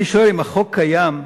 אני שואל: אם החוק קיים,